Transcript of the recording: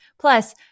Plus